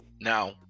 Now